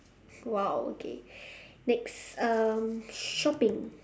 !wow! okay next um shopping